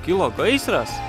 kilo gaisras